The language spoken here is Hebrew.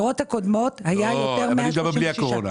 אני מדבר בלי הקורונה.